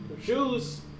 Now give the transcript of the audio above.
Shoes